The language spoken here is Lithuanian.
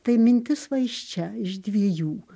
tai mintis va iš čia iš dviejų